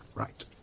right.